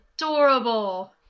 adorable